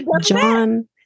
John